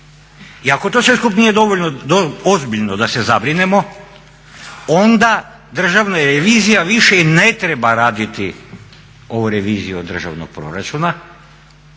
I ako to sve skup nije dovoljno ozbiljno da se zabrinemo onda Državna revizija više i ne treba raditi ovu reviziju državnog proračuna